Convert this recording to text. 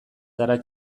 zara